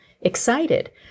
excited